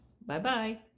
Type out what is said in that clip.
Bye-bye